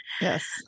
yes